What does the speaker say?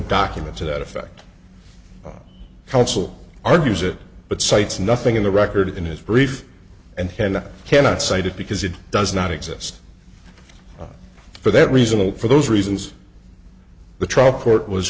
document to that effect counsel argues it but cites nothing in the record in his brief and cannot cite it because it does not exist for that reason and for those reasons the trial court was